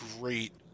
great